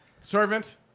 servant